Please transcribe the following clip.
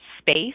space